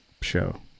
show